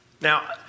Now